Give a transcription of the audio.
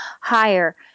higher